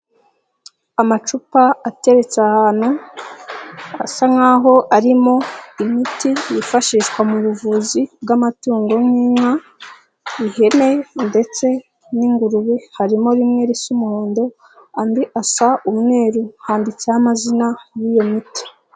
Amacupa ateretse ahantu asa nkaho arimo imiti yifashishwa mu buvuzi bw'amatungo n'inka ihene ndetse n'ingurube, harimo rimwe risa umuhondo andi asa umweru handitseho amazina y'iyo miti.